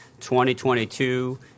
2022